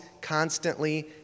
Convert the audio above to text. constantly